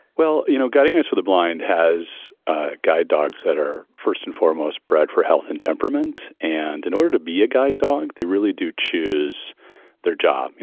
well, you know, getting us for the blind has guide dogs that are first and foremost bred for health in temperament and in order to be a guide dog. they really do choose their job. you